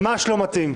ממש לא מתאים.